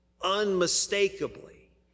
Unmistakably